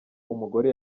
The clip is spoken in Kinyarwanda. umugore